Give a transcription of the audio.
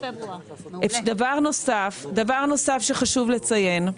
דבר נוסף שחשוב לציין,